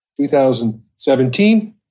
2017